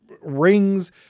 rings